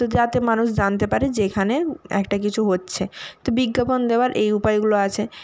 তো যাতে মানুষ জানতে পারে যে এখানে একটা কিছু হচ্ছে তো বিজ্ঞাপন দেওয়ার এই উপায়গুলো আছে